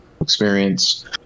experience